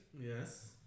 Yes